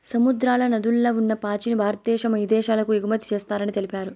సముద్రాల, నదుల్ల ఉన్ని పాచిని భారద్దేశం ఇదేశాలకు ఎగుమతి చేస్తారని తెలిపారు